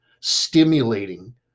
stimulating